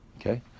Okay